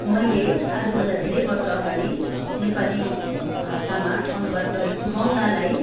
मैले आजभन्दा धेरै वर्ष अगाडि नेपाली भाषामा अनुवाद गरेको छु बङ्गलालाई